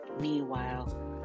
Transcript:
Meanwhile